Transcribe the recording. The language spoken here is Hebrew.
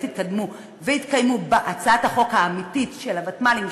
יתקדמו ויתקיימו בהצעת החוק האמיתית של הוותמ"לים,